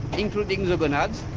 including the gonads.